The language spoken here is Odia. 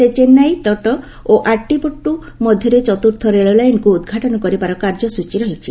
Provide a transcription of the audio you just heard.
ସେ ଚେନ୍ନାଇ ତଟ ଓ ଆଟ୍ଟିପଟ୍ଟ ମଧ୍ୟରେ ଚତୁର୍ଥ ରେଳଲାଇନକୁ ଉଦ୍ଘାଟନ କରିବାର କାର୍ଯ୍ୟସ୍ଚୀ ରହିଛି